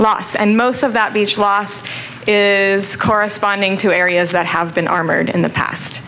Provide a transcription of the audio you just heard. lost and most of that beach loss is corresponding to areas that have been armored in the past